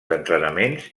entrenaments